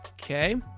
okay.